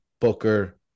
Booker